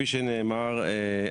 כפי שנאמר,